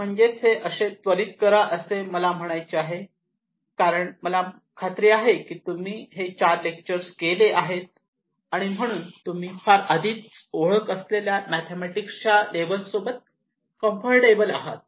म्हणजेच हे असे त्वरित करा असे मला म्हणायचे आहे कारण मला खात्री आहे की तुम्ही हे चार लेक्चर्स केले आहेत आणि म्हणून तुम्ही फार आधीच ओळख असलेल्या या मॅथेमॅटिक्स च्या लेवल सोबत कम्फर्टेबल आहात